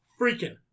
Freaking